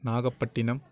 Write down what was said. Nagapattinam